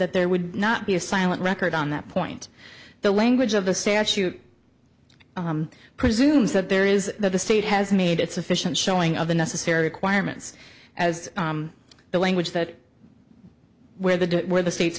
that there would not be a silent record on that point the language of the statute presumes that there is that the state has made it sufficient showing of the necessary acquirements as the language that we're the day where the states